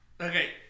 Okay